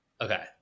okay